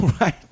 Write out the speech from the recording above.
Right